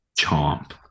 chomp